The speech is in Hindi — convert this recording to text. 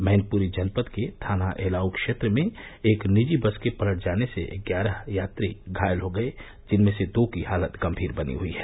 मैनपुरी जनपद के थाना एलाऊ क्षेत्र में एक निजी बस के पलट जाने से ग्यारह यात्री घायल हो गये जिनर्म से दो की हालत गंभीर बनी हुई है